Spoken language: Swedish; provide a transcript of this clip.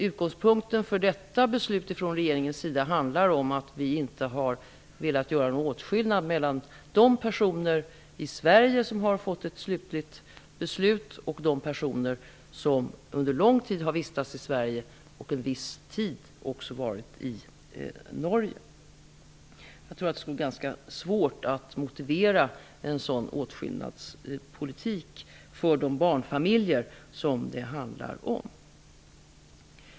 Utgångspunkten för detta beslut från regeringens sida är att vi inte har velat göra någon åtskillnad mellan de personer i Sverige som har fått ett slutligt besked och de personer som under lång tid har vistats i Sverige och också varit i Norge under en viss tid. Jag tror att det skulle vara ganska svårt att motivera en åtskillnadspolitik för de barnfamiljer det handlar om.